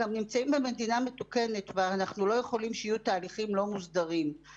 גם נמצאים במדינה מתוקנת ואנחנו לא יכולים שיהיו תהליכים לא מוסדרים.